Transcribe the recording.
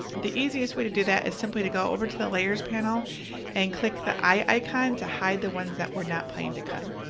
the easiest way to do that is simply to go over to the layers panel and click the eye icon to hide the ones that we're not planning to cut,